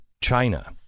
China